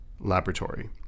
laboratory